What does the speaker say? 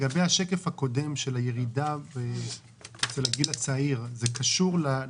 לגבי השקף הקודם של הירידה אצל הגיל הצעיר בבעלות,